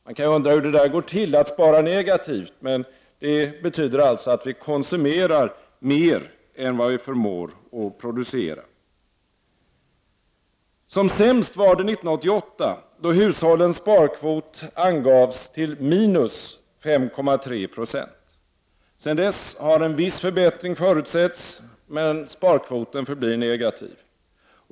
Man kan undra hur det går till att spara negativt, men det betyder alltså att vi konsumerar mer än vi förmår att producera. Som sämst var det 1988, då hushållens sparkvot angavs till minus 5,3 26. Sedan dess har en viss förbättring förutsetts, men sparkvoten förblir negativ.